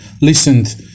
listened